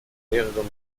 mehreren